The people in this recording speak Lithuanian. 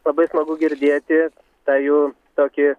labai smagu girdėti tą jų tokį